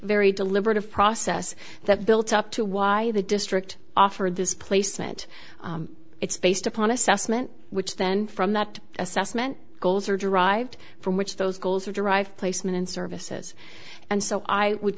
very deliberative process that built up to why the district offered this placement it's based upon assessment which then from that assessment goals are derived from which those goals are derive placement and services and so i would